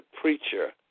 preacher